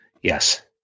Yes